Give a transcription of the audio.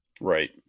Right